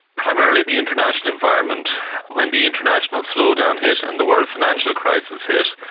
primarily the international environment when the international slowdown hit and the world financial crisis hit,